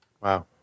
Wow